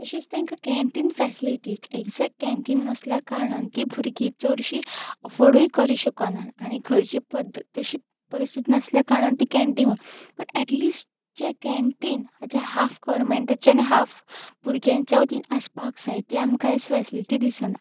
तशेंच तेंकां canteen facilities exact canteen नासल्या कारणान ती भुरगीं चडशीं अफोर्डूय करूंक शकनात आनी घरची पद्दत तशी परिस्थिती नासल्या कारणान तीं कॅन्टीनूय बट ऍटलिस्ट जें कॅन्टीन जें हाफ गवर्मेंटाचें आनी हाफ भुरग्यांच्या वतीन आसपाक जाय ती आमकां कांयच फॅसिलिटी दिसना